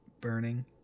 burning